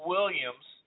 Williams